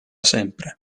sempre